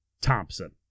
Thompson